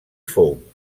fou